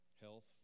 health